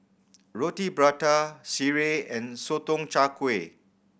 Roti Prata sireh and Sotong Char Kway